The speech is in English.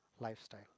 lifestyle